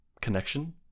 connection